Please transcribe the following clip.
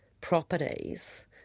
properties